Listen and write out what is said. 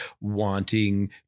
wanting